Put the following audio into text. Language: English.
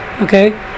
Okay